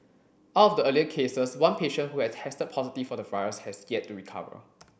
out of the earlier cases one patient who had tested positive for the virus has yet to recover